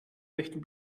möchten